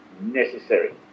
necessary